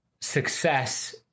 success